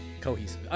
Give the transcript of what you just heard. cohesive